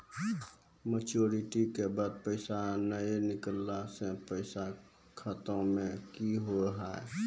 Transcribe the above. Maturity के बाद पैसा नए निकले से पैसा खाता मे की होव हाय?